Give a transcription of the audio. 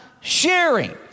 sharing